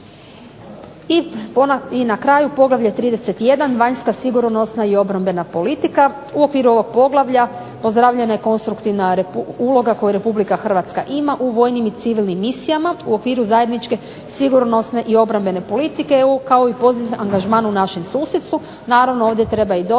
I na kraju Poglavlje 31. – Vanjska sigurnosna i obrambena politika, u okviru ovog poglavlja pozdravljena je konstruktivna uloga koju RH ima u vojnim i civilnim misijama u okviru zajedničke sigurnosne i obrambene politike EU kao i pozitivan angažman u našem susjedstvu. Naravno, ovdje treba i dodati